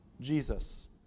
Jesus